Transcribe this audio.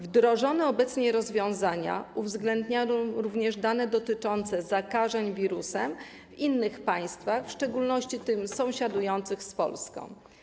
Wdrożone obecnie rozwiązania uwzględniają również dane dotyczące zakażeń wirusem w innych państwach, w szczególności tych sąsiadujących z Polską.